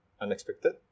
unexpected